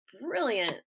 brilliant